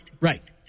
Right